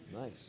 Nice